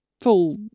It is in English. full